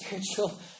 spiritual